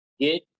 get